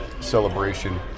celebration